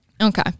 Okay